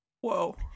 Whoa